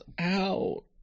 out